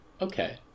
Okay